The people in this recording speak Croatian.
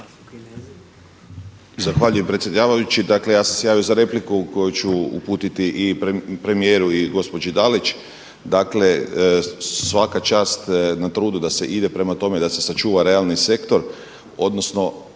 Zahvaljujem predsjedavajući. Dakle ja sam se javio za repliku koju ću uputiti i premijeru i gospođi Dalić. Dakle svaka čast na trudu da se ide prema tome da se sačuva realni sektor odnosno